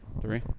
three